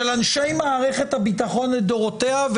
של אנשי מערכת הביטחון לדורותיה,